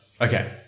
Okay